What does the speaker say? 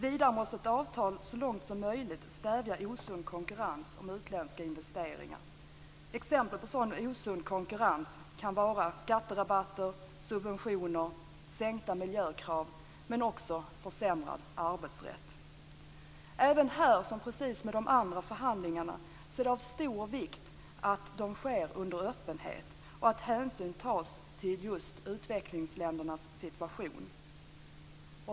Vidare måste ett avtal så långt som möjligt stävja osund konkurrens om utländska investeringar. Exempel på sådan osund konkurrens kan vara skatterabatter, subventioner, sänkta miljökrav och försämrad arbetsrätt. Även här, precis som med de andra förhandlingarna, är det av stor vikt att de sker under öppenhet och att hänsyn tas till just utvecklingsländernas situation.